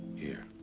here.